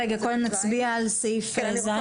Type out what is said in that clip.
רגע, קודם נצביע על סעיף (ז)?